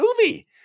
movie